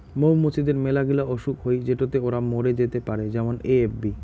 মৌ মুচিদের মেলাগিলা অসুখ হই যেটোতে ওরা মরে যেতে পারে যেমন এ.এফ.বি